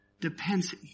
depends